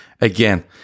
again